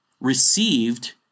received